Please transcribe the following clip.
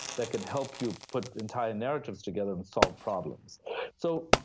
that can help you put entire narratives together and solve problems so,